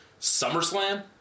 Summerslam